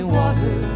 water